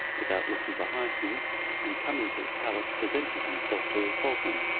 without looking behind him and coming to the palace presented himself to the sultan,